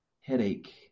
headache